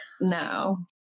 no